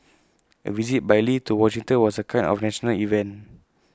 A visit by lee to Washington was A kind of national event